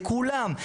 לכולם,